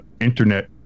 internet